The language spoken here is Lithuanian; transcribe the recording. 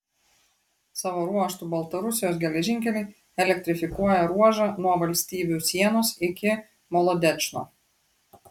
savo ruožtu baltarusijos geležinkeliai elektrifikuoja ruožą nuo valstybių sienos iki molodečno